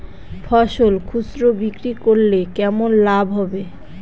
ফসল খুচরো বিক্রি করলে কেমন লাভ হবে?